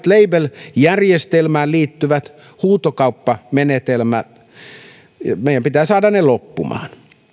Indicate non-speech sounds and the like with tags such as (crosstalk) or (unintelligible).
(unintelligible) label järjestelmään liittyvät huutokauppamenetelmät meidän pitää saada ne loppumaan